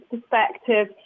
perspective